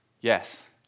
yes